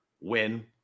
win